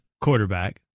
quarterback